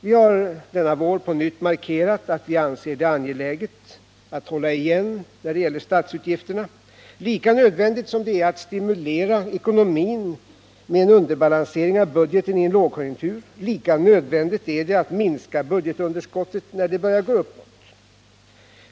Vi har denna vår på nytt markerat att vi anser det angeläget att hålla igen på statsutgifterna. Lika nödvändigt som det är att stimulera ekonomin med en underbalansering av budgeten i en lågkonjunktur, lika nödvändigt är det att minska budgetunderskottet när det börjar gå uppåt.